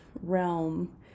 realm